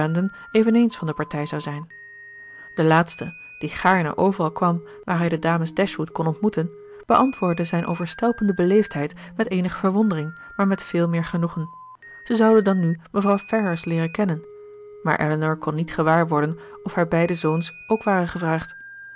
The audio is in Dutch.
eveneens van de partij zou zijn de laatste die gaarne overal kwam waar hij de dames dashwood kon ontmoeten beantwoordde zijne overstelpende beleefdheid met eenige verwondering maar met veel meer genoegen zij zouden dan nu mevrouw ferrars leeren kennen maar elinor kon niet gewaar worden of haar beide zoons ook waren gevraagd